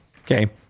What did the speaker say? okay